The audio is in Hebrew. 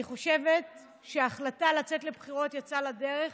אני חושבת שההחלטה לצאת לבחירות יצאה לדרך,